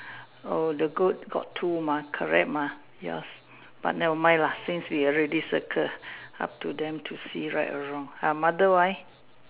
oh the goat got two mah correct mah yours but never mind lah since you already circle up to them to see right or wrong ah mother why